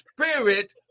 spirit